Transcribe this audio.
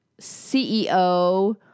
CEO